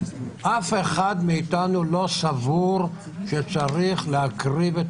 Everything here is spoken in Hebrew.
אף אחד מאיתנו לא סבור שצריך להקריב את